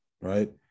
right